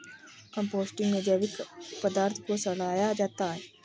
composting में जैविक पदार्थ को सड़ाया जाता है